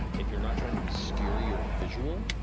if you're not trying to obscure your visual,